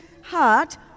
heart